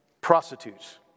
prostitutes